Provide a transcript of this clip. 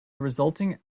resulting